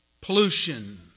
pollution